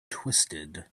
twisted